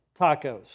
tacos